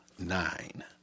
nine